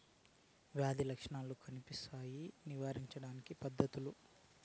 వ్యాధి లక్షణాలు కనిపిస్తాయి నివారించడానికి పద్ధతులు?